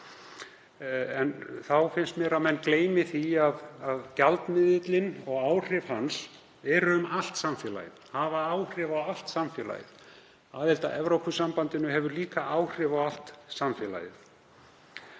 en þá finnst mér að menn gleymi því að gjaldmiðillinn og áhrif hans eru um allt samfélagið, hafa áhrif á allt samfélagið. Aðild að Evrópusambandinu hefur líka áhrif á allt samfélagið